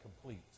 complete